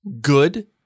Good